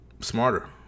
smarter